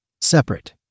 Separate